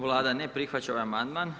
Vlada ne prihvaća ovaj amandman.